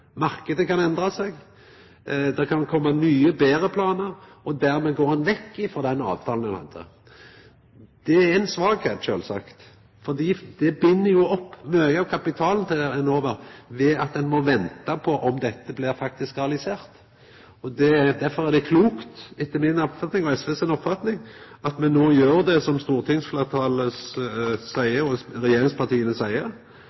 kan endra seg, det kan koma nye og betre planar, og dermed går ein vekk frå den avtalen ein hadde. Det er ei svakheit, sjølvsagt, fordi det bind jo opp mykje av kapitalen til Enova at ein må venta på om dette faktisk blir realisert. Derfor er det etter mi og SV si oppfatning klokt at me no gjer det som stortingsfleirtalet og regjeringspartia seier,